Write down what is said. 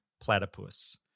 platypus